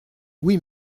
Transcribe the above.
oui